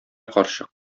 карчык